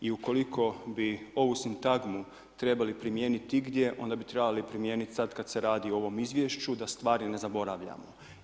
I ukoliko bi ovu sintagmu trebali primijeniti igdje, onda bi trebali primijeniti sad kad se radi o ovom izvješću, da stvari ne zaboravljamo.